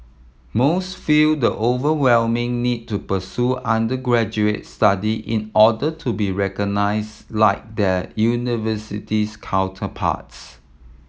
most feel the overwhelming need to pursue undergraduate study in order to be recognised like their university's counterparts